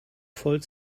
voll